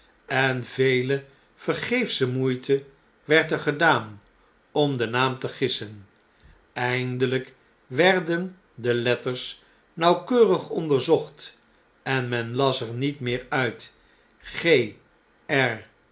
en vele vergeefsche moeitewerder gedaan om den naam te gissen eindeljjk werden de letters nauwkeurig onderzocht en men las er niet meer uit